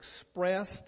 expressed